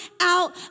out